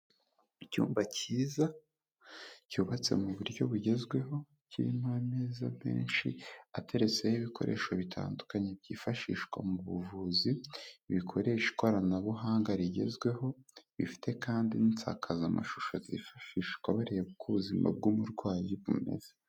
Icyumba cyiza cyubatse mu buryo bugezweho kirimo ameza menshi ateretseho ibikoresho bitandukanye byifashishwa mu buvuzi, bikoresha ikoranabuhanga rigezweho, bifite kandi n'insakazamashusho zifashishwa bareba uko ubuzima bw'umurwayi bumeze.